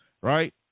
right